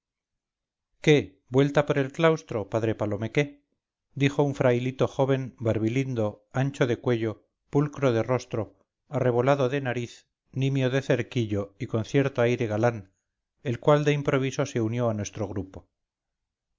qué vuelta por el claustro padre palomeque dijo un frailito joven barbilindo ancho de cuello pulcro de rostro arrebolado de nariz nimio de cerquillo y con cierto aire galán el cual de improviso se unió a nuestro grupo